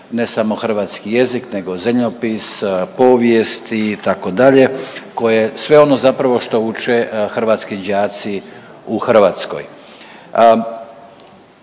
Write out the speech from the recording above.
ne samo hrvatski jezik nego zemljopis, povijest itd. Sve ono zapravo što uče hrvatski đaci u Hrvatskoj.